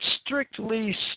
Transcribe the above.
strictly